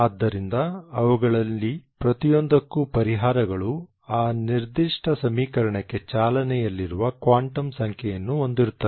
ಆದ್ದರಿಂದ ಅವುಗಳಲ್ಲಿ ಪ್ರತಿಯೊಂದಕ್ಕೂ ಪರಿಹಾರಗಳು ಆ ನಿರ್ದಿಷ್ಟ ಸಮೀಕರಣಕ್ಕೆ ಚಾಲನೆಯಲ್ಲಿರುವ ಕ್ವಾಂಟಮ್ ಸಂಖ್ಯೆಯನ್ನು ಹೊಂದಿರುತ್ತವೆ